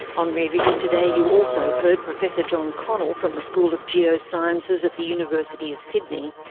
on rear vision today you also heard professor john connell from the school of geosciences at the university of sydney,